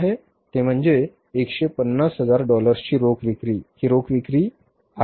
ते म्हणजे 150 हजार डॉलर्सची रोख विक्री ही रोख विक्री आहे बरोबर